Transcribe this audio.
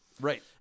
right